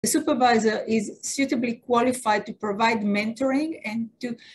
-אנגלית-